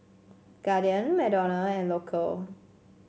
Guardian McDonald and Loacker